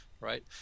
right